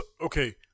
Okay